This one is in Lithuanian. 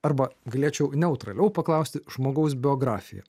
arba galėčiau neutraliau paklausti žmogaus biografiją